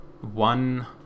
One